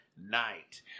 Night